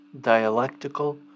Dialectical